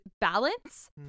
balance